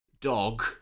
dog